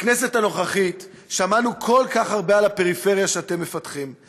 בכנסת הנוכחית שמענו כל כך הרבה על הפריפריה שאתם מפתחים.